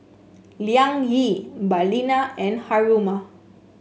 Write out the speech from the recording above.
Liang Yi Balina and Haruma